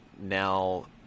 now